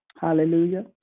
Hallelujah